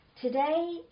today